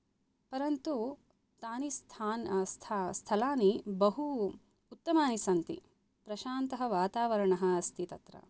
परन्तु तानि स्थलानि बहु उत्तमानि सन्ति प्रशान्त वातावरण अस्ति तत्र